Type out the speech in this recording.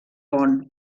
bonn